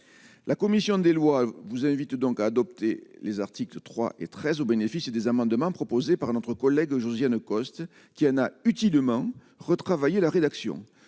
La commission des lois vous invite donc adopter les articles 3 et 13 au bénéfice des amendements proposés par notre collègue Josiane Costes qui a utilement retravailler la rédaction,